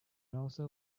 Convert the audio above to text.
also